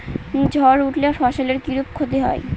ঝড় উঠলে ফসলের কিরূপ ক্ষতি হয়?